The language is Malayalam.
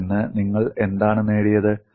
അതിൽ നിന്ന് നിങ്ങൾ എന്താണ് നേടിയത്